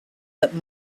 that